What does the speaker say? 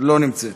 לא נמצאת.